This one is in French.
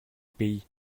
pays